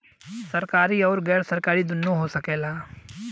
सरकारी आउर गैर सरकारी दुन्नो हो सकेला